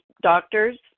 doctors